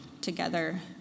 together